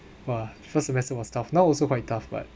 !wah! first semester was tough now also quite tough but